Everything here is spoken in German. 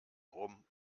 rum